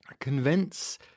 convince